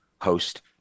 host